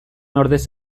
ordez